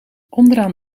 onderaan